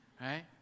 Right